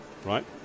Right